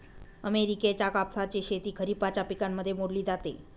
अमेरिकेच्या कापसाची शेती खरिपाच्या पिकांमध्ये मोडली जाते